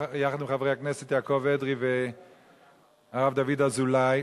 יחד עם חברי הכנסת יעקב אדרי והרב דוד אזולאי,